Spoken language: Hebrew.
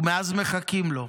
ומאז מחכים לו,